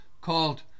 called